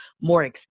more